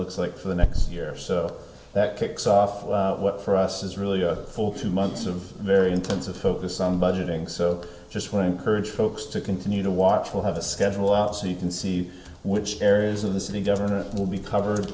looks like for the next year or so that kicks off what for us is really a full two months of very intensive focus on budgeting so just one encourage folks to continue to watch we'll have a schedule out so you can see which areas of the city gov will be covered